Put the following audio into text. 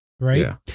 Right